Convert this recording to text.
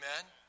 Amen